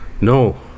no